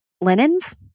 linens